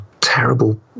terrible